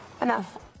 enough